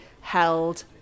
held